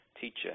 teacher